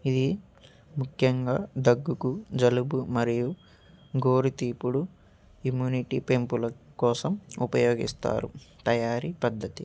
ఇది ముఖ్యంగా దగ్గుకు జలుబు మరియు గోరుతీపుడు ఇమ్యూనిటీ పెంపుల కోసం ఉపయోగిస్తారు తయారీ పద్ధతి